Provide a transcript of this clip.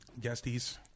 Guesties